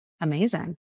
Amazing